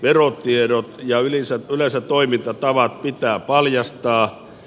verotiedot ja yleensä toimintatavat pitää paljastaa